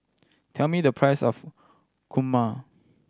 tell me the price of kurma